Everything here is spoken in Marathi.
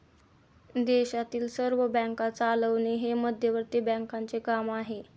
देशातील सर्व बँका चालवणे हे मध्यवर्ती बँकांचे काम आहे